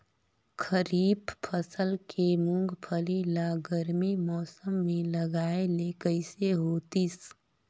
खरीफ फसल के मुंगफली ला गरमी मौसम मे लगाय ले कइसे होतिस?